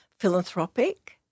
philanthropic